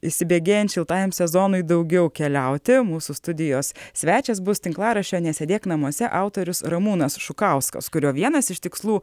įsibėgėjant šiltajam sezonui daugiau keliauti mūsų studijos svečias bus tinklaraščio nesėdėk namuose autorius ramūnas šukauskas kurio vienas iš tikslų